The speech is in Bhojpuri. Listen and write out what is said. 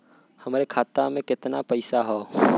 हमरे खाता में कितना पईसा हौ?